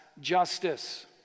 justice